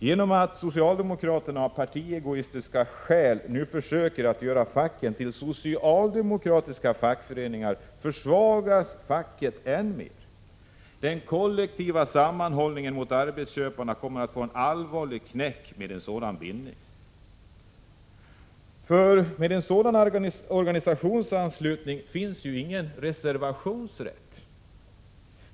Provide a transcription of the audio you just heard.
Genom att socialdemokraterna av partiegoistiska skäl nu försöker att göra facken till ett slags socialdemokratiska fackföreningar försvagas facket än mer. Den kollektiva sammanhållningen mot arbetsköparna kommer att få en allvarlig knäck med en sådan bindning. Mot en sådan organisationsanslutning finns ju ingen reservationsrätt.